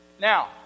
Now